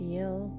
Feel